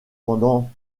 pendant